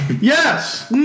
Yes